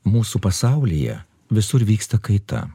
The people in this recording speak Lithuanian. mūsų pasaulyje visur vyksta kaita